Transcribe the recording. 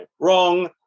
Wrong